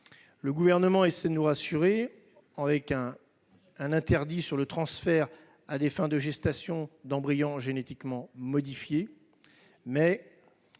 Le Gouvernement essaie de nous rassurer en posant un interdit sur le transfert à des fins de gestation d'embryons génétiquement modifiés, mais